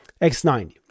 x90